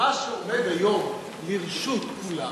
שמה שעומד היום לרשות כולם